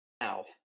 Now